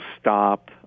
stop